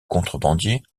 contrebandier